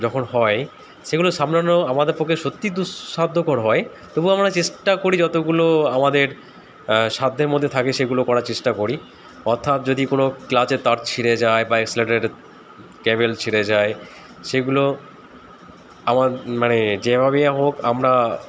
যখন হয় সেগুলো সামলানো আমাদের পক্ষে সত্যি দুঃসাধ্যকর হয় তবুও আমরা চেষ্টা করি যতগুলো আমাদের সাধ্যের মধ্যে থাকে সেগুলো করার চেষ্টা করি অর্থাৎ যদি কোনো ক্লাচের তার ছিঁড়ে যায় বা অ্যাক্সিলেরেটারের কেবেল ছিঁড়ে যায় সেগুলো আমার মানে যেভাবেই হোক আমরা